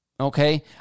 Okay